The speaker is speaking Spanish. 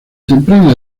temprana